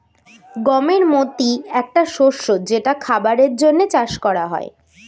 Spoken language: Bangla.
গমের মতি একটা শস্য যেটা খাবারের জন্যে চাষ করা হয়